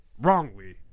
wrongly